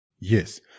Yes